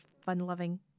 fun-loving